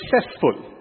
successful